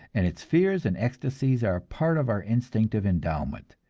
and its fears and ecstasies are a part of our instinctive endowment.